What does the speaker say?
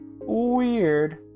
weird